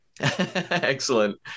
Excellent